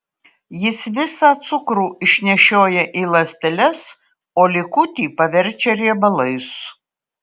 jis visą cukrų išnešioja į ląsteles o likutį paverčia riebalais